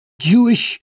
Jewish